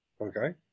okay